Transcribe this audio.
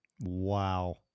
Wow